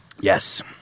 Yes